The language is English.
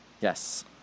Yes